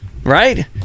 Right